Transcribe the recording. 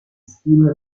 stime